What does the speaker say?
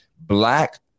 Black